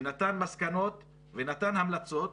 נתן מסקנות ונתן המלצות,